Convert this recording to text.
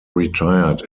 retired